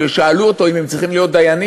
כששאלו אותו אם הם צריכים להיות דיינים,